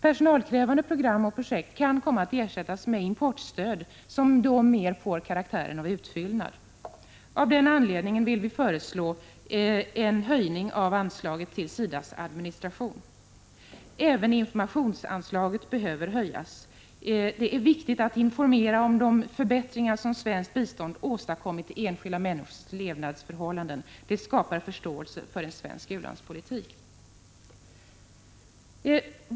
Personalkrävande program och projekt kan komma att ersättas med importstöd, som då mer får karaktären av utfyllnad. Av den anledningen vill vi föreslå en höjning av anslaget till SIDA:s administration. Även informationsanslaget behöver höjas. Det är viktigt att informera om de förbättringar som svenskt bistånd åstadkommit i enskilda människors levnadsförhållanden. Det skapar förståelse för svensk u-landspolitik.